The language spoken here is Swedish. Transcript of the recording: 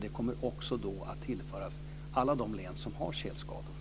Det kommer också att tillföras alla de län som har tjälskador.